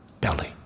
belly